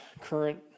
current